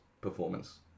performance